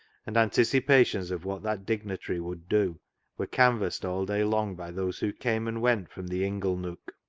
and anticipations of what that dignitary would do were canvassed all day long by those who came and went from the ingle-nook.